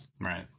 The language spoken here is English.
Right